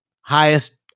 highest